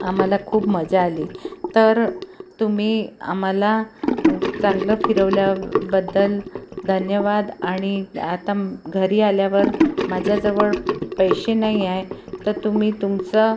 आम्हाला खूप मजा आली तर तुम्ही आम्हाला चांगलं फिरवल्याबद्दल धन्यवाद आणि आता म घरी आल्यावर माझ्याजवळ पैसे नाही आहेत तर तुम्ही तुमचं